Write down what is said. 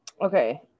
Okay